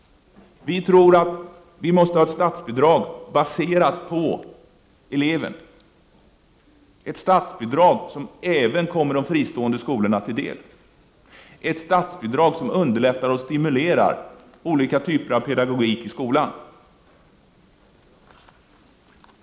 Vi tror att det måste vara ett statsbidrag som är baserat på eleven, ett statsbidrag som även kommer de fristående skolorna till del, ett statsbidrag som underlättar och stimulerar olika typer av pedagogik i skolan.